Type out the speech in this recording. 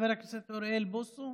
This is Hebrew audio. חבר הכנסת אוריאל בוסו,